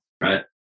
right